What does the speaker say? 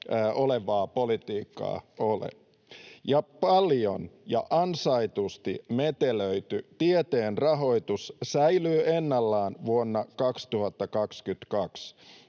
olevaa politiikkaa ole. Paljon ja ansaitusti metelöity tieteen rahoitus säilyy ennallaan vuonna 2022.